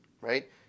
right